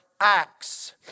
Acts